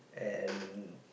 and